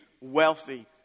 wealthy